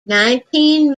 nineteen